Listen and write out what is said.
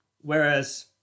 Whereas